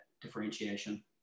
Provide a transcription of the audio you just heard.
differentiation